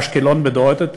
הרי מדובר בבני-אדם.